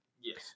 Yes